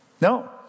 No